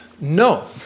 No